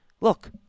look